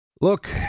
Look